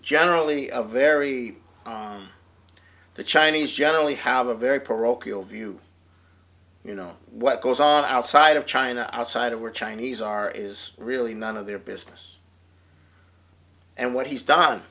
generally a very the chinese generally have a very parochial view you know what goes on outside of china outside of were chinese are is really none of their business and what he's done